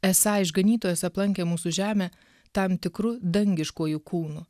esą išganytojas aplankė mūsų žemę tam tikru dangiškuoju kūnu